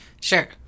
Sure